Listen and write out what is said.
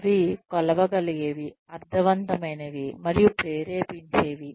అవి కొలవగలిగేవి అర్ధవంతమైనవి మరియు ప్రేరేపించేవి